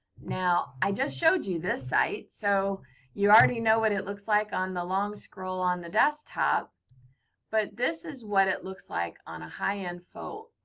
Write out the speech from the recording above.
now, i just showed you this site. so you already know what it looks like on the long scroll on the desktop but this is what it looks like on a high-end phone.